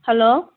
hello